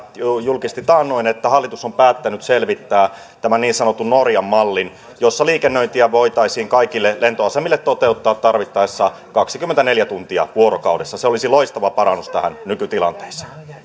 julkisti taannoin että hallitus on päättänyt selvittää tämän niin sanotun norjan mallin jossa liikennöintiä voitaisiin kaikille lentoasemille toteuttaa tarvittaessa kaksikymmentäneljä tuntia vuorokaudessa se olisi loistava parannus tähän nykytilanteeseen